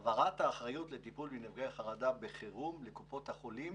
העברת האחריות לטיפול בנפגעי חרדה בחירום לקופות החולים